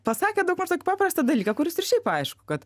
pasakė dabar tokį paprastą dalyką kuris ir šiaip aišku kad